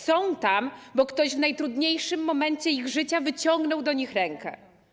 Są tam, bo ktoś w najtrudniejszym momencie ich życia wyciągnął do nich rękę.